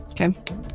Okay